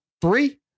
three